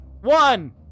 One